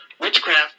Witchcraft